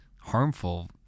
harmful